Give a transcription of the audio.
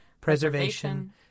preservation